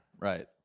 Right